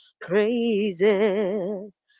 praises